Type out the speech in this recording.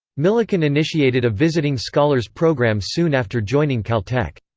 millikan initiated a visiting-scholars program soon after joining caltech.